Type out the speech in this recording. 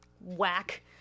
whack